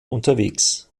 unterwegs